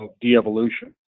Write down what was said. de-evolution